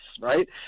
right